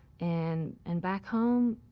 and and back home,